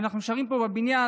ואנחנו נשארים פה בבניין,